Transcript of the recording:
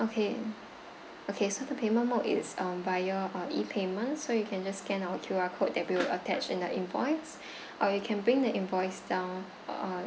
okay so the payment mode is um via uh E payments so you can just scan our Q_R code that we'll attach in the invoice or you can bring the invoice down uh